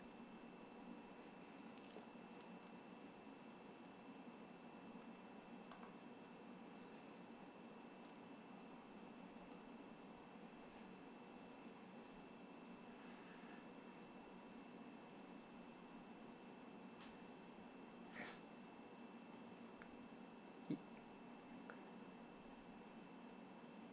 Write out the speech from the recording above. uh